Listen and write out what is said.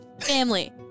Family